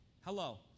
Hello